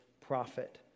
prophet